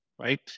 right